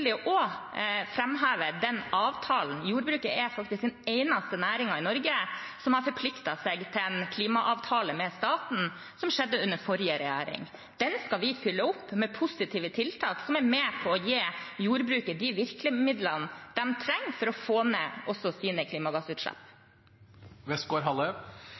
den avtalen – jordbruket er faktisk den eneste næringen i Norge som har forpliktet seg til en klimaavtale med staten – som ble gjort under forrige regjering. Den skal vi fylle opp med positive tiltak som er med på å gi jordbruket de virkemidlene det trenger for å få ned sine